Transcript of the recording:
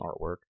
artwork